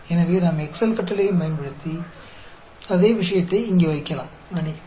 எனவே நாம் எக்செல் கட்டளையையும் பயன்படுத்தி அதே விஷயத்தை இங்கே வைக்கலாம் மன்னிக்கவும்